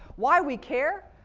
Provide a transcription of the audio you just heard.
why we care?